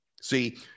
See